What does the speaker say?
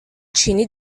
چینی